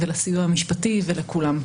לסיוע המשפטי ולכולם.